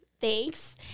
Thanks